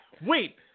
Wait